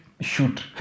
shoot